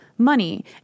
Money